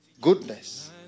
Goodness